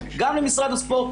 גם למשרד הספורט,